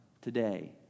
today